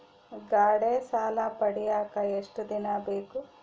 ಗಾಡೇ ಸಾಲ ಪಡಿಯಾಕ ಎಷ್ಟು ದಿನ ಬೇಕು?